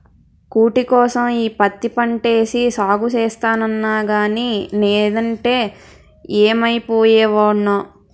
కూటికోసం ఈ పత్తి పంటేసి సాగు సేస్తన్నగానీ నేదంటే యేమైపోయే వోడ్నో